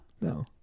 No